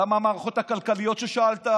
גם על המערכות הכלכליות ששאלת,